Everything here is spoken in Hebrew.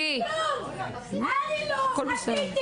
את עושה